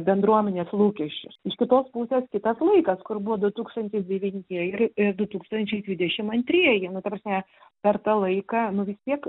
bendruomenės lūkesčius iš kitos pusės kitas laikas kur buvo du tūkstantis devintieji i du tūkstančiai dvidešim antrieji nu ta prasme per tą laiką nu vis tiek